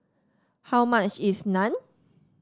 how much is Naan